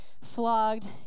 flogged